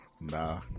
Nah